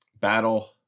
battle